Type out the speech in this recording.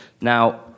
Now